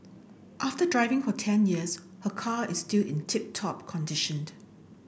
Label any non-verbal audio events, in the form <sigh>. after driving for ten years her car is still in tip top <unintelligible>